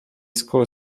school